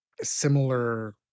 similar